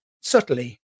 subtly